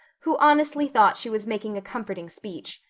who honestly thought she was making a comforting speech.